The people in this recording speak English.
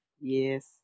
Yes